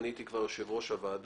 אני הייתי כבר יושב-ראש הוועדה.